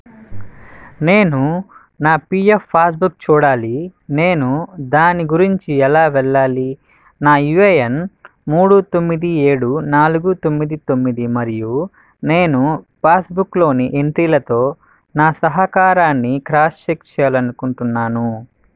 నేను నా PF passbook చూడాలి నేను దాని గురించి ఎలా వెళ్ళాలి నా యూఏఎన్ మూడు తొమ్మిది ఏడు నాలుగు తొమ్మిది తొమ్మిది మరియు నేను పాస్బుక్లోని ఎంట్రీలతో నా సహకారాన్ని క్రాస్ చెక్ చేయాలనుకుంటున్నాను